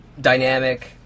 dynamic